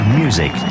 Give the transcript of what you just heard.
music